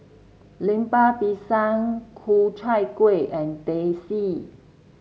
Lemper Pisang Ku Chai Kueh and Teh C